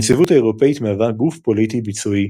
הנציבות האירופית מהווה גוף פוליטי ביצועי